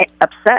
upset